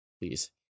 Please